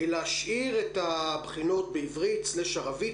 להשאיר את הבחינות בעברית/ערבית,